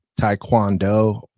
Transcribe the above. taekwondo